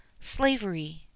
slavery